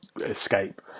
escape